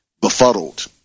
befuddled